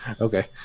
Okay